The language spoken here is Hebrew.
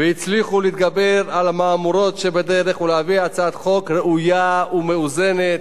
והצליחו להתגבר על המהמורות שבדרך ולהביא הצעת חוק ראויה ומאוזנת.